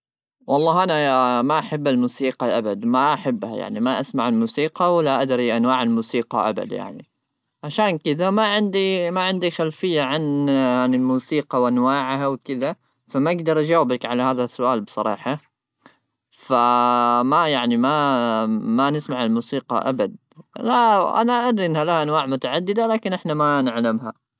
والله انا ما احب الموسيقى ابد ما احبها يعني ما اسمع الموسيقى ولا ادري انواع الموسيقى ابدا يعني عشان كذا ما عندي ما عندي خلفيه عن الموسيقى وانواعها وكذا فما اقدر اجاوبك على هذا السؤال بصراحه فما يعني ما ما نسمع الموسيقى ابد لا ادري لا انواع متعدده لكن احنا ما نعلمها